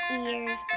ears